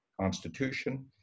Constitution